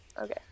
okay